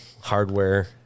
hardware